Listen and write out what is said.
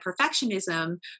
perfectionism